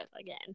again